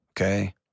Okay